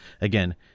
again